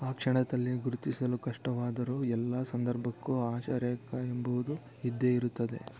ಆ ಕ್ಷಣದಲ್ಲಿ ಗುರುತಿಸಲು ಕಷ್ಟವಾದರೂ ಎಲ್ಲ ಸಂದರ್ಭಕ್ಕೂ ಆಶಾರೇಖೆ ಎಂಬುವುದು ಇದ್ದೇ ಇರುತ್ತದೆ